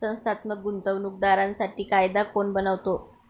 संस्थात्मक गुंतवणूक दारांसाठी कायदा कोण बनवतो?